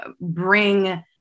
bring